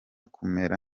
kumera